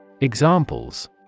Examples